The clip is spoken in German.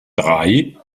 drei